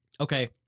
Okay